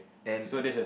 and